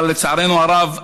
אבל לצערנו הרב,